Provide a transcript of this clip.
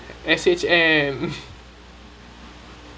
S_H_M